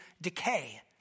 decay